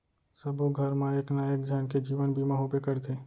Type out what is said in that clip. सबो घर मा एक ना एक झन के जीवन बीमा होबे करथे